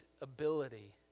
ability